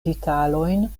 detalojn